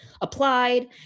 applied